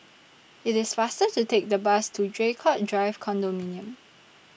IT IS faster to Take The Bus to Draycott Drive Condominium